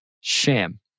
Sham